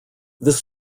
this